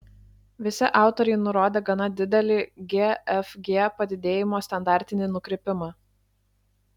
visi autoriai nurodė gana didelį gfg padidėjimo standartinį nukrypimą